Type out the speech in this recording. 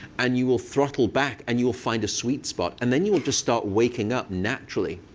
and you will throttle back, and you will find a sweet spot. and then you will just start waking up naturally.